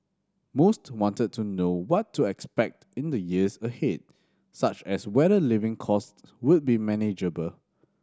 most wanted to know what to expect in the years ahead such as whether living costs would be manageable